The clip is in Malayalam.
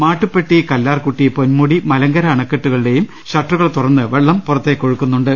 മാട്ടുപ്പെട്ടി കല്ലാർകുട്ടി പൊന്മുടി മലങ്കര അണക്കെട്ടുകളുടെയും ഷട്ടറുകൾ തുറന്ന് വെള്ളം പുറത്തേക്കൊഴുക്കുന്നു ണ്ട്